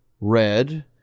red